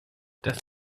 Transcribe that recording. das